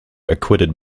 acquitted